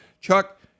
Chuck